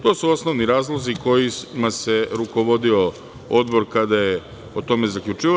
To su osnovni razlozi kojima se rukovodio odbor kada je o tome zaključivao.